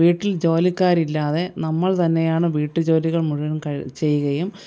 വീട്ടിൽ ജോലിക്കാർ ഇല്ലാതെ നമ്മൾ തന്നെയാണ് വീട്ടു ജോലികൾ മുഴുവനും ചെയ്യുകയും